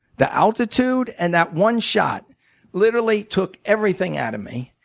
the altitude and that one shot literally took everything out of me.